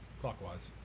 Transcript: clockwise